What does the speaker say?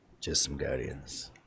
JustSomeGuardians